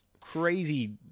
crazy